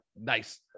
nice